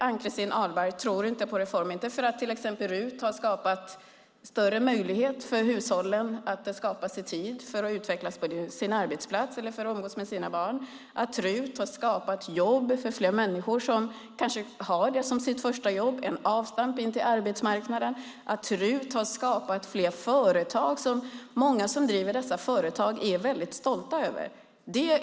Ann-Christin Ahlberg tror inte på reformerna - trots att RUT har skapat möjlighet för många att få mer tid att utvecklas på sina arbetsplatser och umgås med sina barn, trots att RUT har skapat ett första jobb för många människor som på så sätt fått in en fot på arbetsmarknaden och trots att RUT har skapat många företag och stolta företagare.